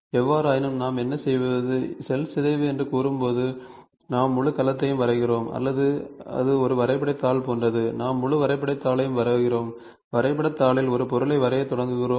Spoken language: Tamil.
எவ்வாறாயினும் நாம் என்ன செய்வது செல் சிதைவு என்று கூறும்போது நாம் முழு கலத்தையும் வரைகிறோம் அல்லது அது ஒரு வரைபடத் தாள் போன்றது நாம் முழு வரைபடத் தாளையும் வரைகிறோம் வரைபடத் தாளில் ஒரு பொருளை வரையத் தொடங்குகிறோம்